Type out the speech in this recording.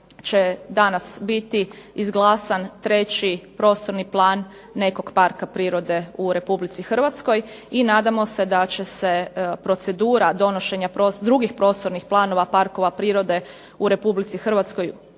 će danas biti izglasan 3. Prostorni plan nekog Parka prirode u Republici Hrvatskoj i nadamo se da će se procedura donošenja drugih prostornih planova parkova prirode u Republici Hrvatskoj